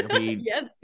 Yes